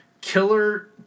Killer